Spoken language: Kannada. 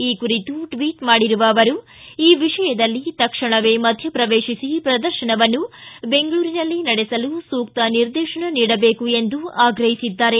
ಈ ಕುರಿತು ಟ್ವಿಚ್ ಮಾಡಿರುವ ಅವರು ಈ ವಿಷಯದಲ್ಲಿ ತಕ್ಷಣವೇ ಮಧ್ಯ ಪ್ರವೇಶಿಸಿ ಪ್ರದರ್ಶನವನ್ನು ಬೆಂಗಳೂರಿನಲ್ಲೇ ನಡೆಸಲು ಸೂಕ್ತ ನಿರ್ದೇಶನ ನೀಡಬೇಕು ಎಂದು ಆಗ್ರಹಿಸಿದ್ದಾರೆ